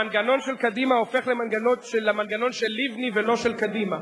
המנגנון של קדימה הופך למנגנון של לבני ולא של קדימה.